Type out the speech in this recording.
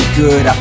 good